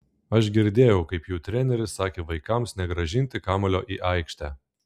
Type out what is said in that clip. aš girdėjau kaip jų treneris sakė vaikams negrąžinti kamuolio į aikštę